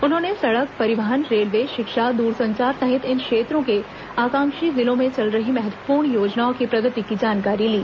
उन्होंने सड़क परिवहन रेलवे शिक्षा दूरसंचार सहित इन क्षेत्रों के आकांक्षी जिलों में चल रही महत्वपूर्ण योजनाओं की प्रगति की जानकारी ली